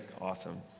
awesome